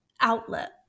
outlet